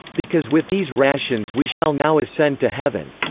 because with these rations we shall now ascend to heaven